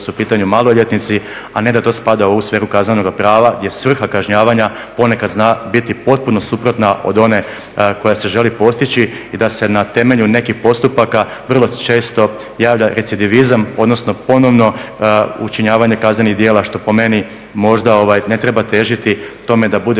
u pitanju maloljetnici, a ne da to spada u sferu kaznenoga prava gdje je svrha kažnjavanja ponekad zna biti potpuno suprotna od one koja se želi postići i da se na temelju nekih postupaka vrlo često javlja … odnosno ponovno učinjavanje kaznenih djela što po meni možda ne treba težiti tome da bude